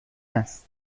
است